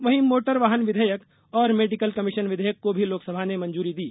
वहीं मोटर वाहन विधेयक और मेडिकल कमीशन विधेयक को भी लोकसभा ने मंजूरी दी